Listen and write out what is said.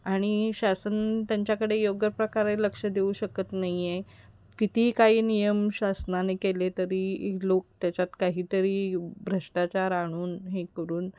आणि शासन त्यांच्याकडे योग्य प्रकारे लक्ष देऊ शकत नाही आहे कितीही काही नियम शासनाने केले तरी लोक त्याच्यात काहीतरी भ्रष्टाचार आणून हे करून